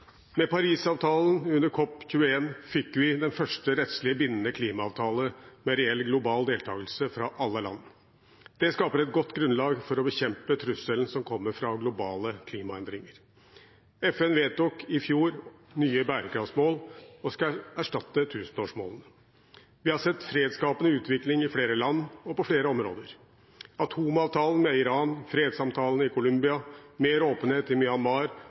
Med Paris-avtalen under COP 21 fikk vi den første rettslig bindende klimaavtalen med reell global deltakelse fra alle land. Det skaper et godt grunnlag for å bekjempe trusselen som kommer av globale klimaendringer. FN vedtok i fjor nye bærekraftsmål, som skal erstatte tusenårsmålene. Vi har sett fredsskapende utvikling i flere land og på flere områder. Atomavtalen med Iran, fredssamtalene i Colombia, mer åpenhet i Myanmar